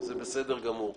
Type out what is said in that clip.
זה בסדר גמור.